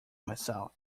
myself